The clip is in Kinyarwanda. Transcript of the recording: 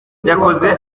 yakoze